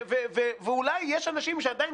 אולי יש אנשים שעדיין